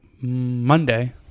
Monday